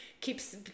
keeps